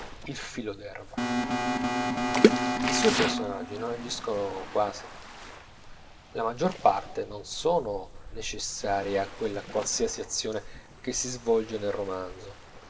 il filo d'erba i suoi personaggi non agiscono quasi la maggior parte non sono necessarii a quella qualsiasi azione che si svolge nel romanzo